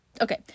Okay